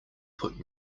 put